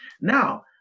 Now